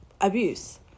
abuse